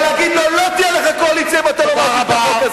ולהגיד לו: לא תהיה לך קואליציה אם אתה לא מעביר את החוק הזה.